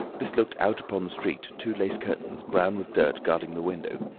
this looked out upon the street, two lace curtains brown with dirt guarding the window.